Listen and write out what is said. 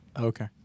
Okay